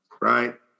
right